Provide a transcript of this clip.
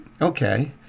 Okay